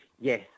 Yes